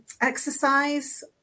Exercise